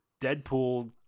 Deadpool